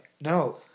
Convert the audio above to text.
No